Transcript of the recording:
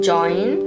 Join